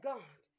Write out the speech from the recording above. God